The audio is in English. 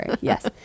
Yes